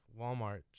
Walmart